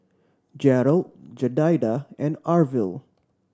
Gerald Jedidiah and Arvil